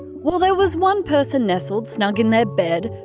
while there was one person nestled snug in their bed,